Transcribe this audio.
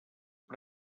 per